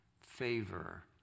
favor